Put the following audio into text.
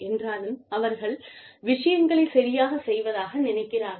என்றாலும் அவர்கள் விஷயங்களைச் சரியாகச் செய்வதாக நினைக்கிறார்கள்